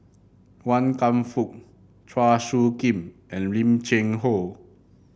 Wan Kam Fook Chua Soo Khim and Lim Cheng Hoe